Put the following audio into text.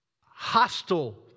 hostile